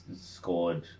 scored